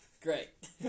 Great